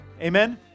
Amen